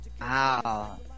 Wow